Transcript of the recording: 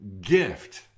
gift